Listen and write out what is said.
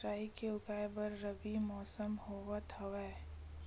राई के उगाए बर रबी मौसम होवत हवय?